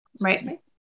Right